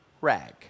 rag